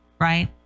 right